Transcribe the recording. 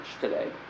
today